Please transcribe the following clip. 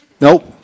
Nope